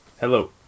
Hello